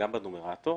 גם בנומרטור,